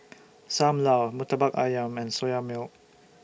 SAM Lau Murtabak Ayam and Soya Milk